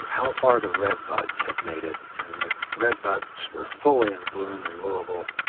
how far the red buds have made it and the red buds were fully in bloom in louisville.